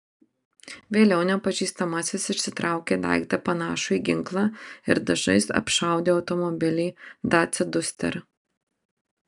vėliau nepažįstamasis išsitraukė daiktą panašų į ginklą ir dažais apšaudė automobilį dacia duster